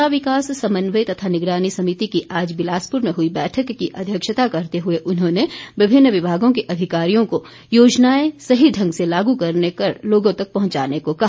जिला विकास समन्वय तथा निगरानी समिति की आज बिलासपुर में हुई बैठक की अध्यक्षता करते हुए उन्होंने विभिन्न विभागों के अधिकारियों को योजनाएं सही ढंग से लागू कर लोगों तक पहुंचाने को कहा